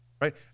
right